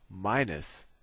minus